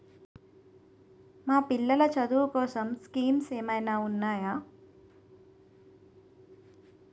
మా పిల్లలు చదువు కోసం స్కీమ్స్ ఏమైనా ఉన్నాయా?